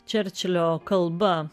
čerčilio kalba